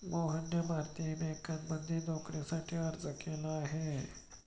मोहनने भारतीय बँकांमध्ये नोकरीसाठी अर्ज केला आहे